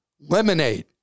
Lemonade